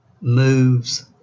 moves